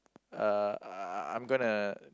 uh I I'm gonna